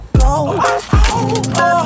go